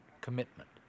commitment